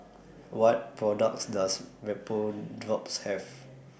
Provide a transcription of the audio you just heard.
What products Does Vapodrops Have